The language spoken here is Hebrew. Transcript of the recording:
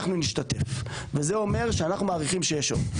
אנחנו נשתתף וזה אומר שאנחנו מעריכים שיש עוד.